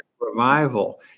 revival